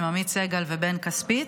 עם עמית סגל ובן כספית.